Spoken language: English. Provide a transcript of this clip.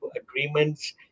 agreements